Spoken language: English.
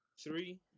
three